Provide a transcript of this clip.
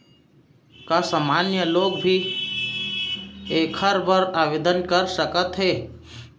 का सामान्य लोग भी एखर बर आवदेन कर सकत हे?